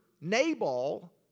Nabal